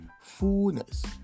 fullness